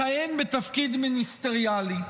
לכהן בתפקיד מיניסטריאלי.